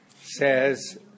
says